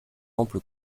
ample